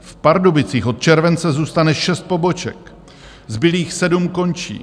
V Pardubicích od července zůstane šest poboček, zbylých sedm končí.